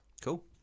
Cool